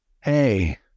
Hey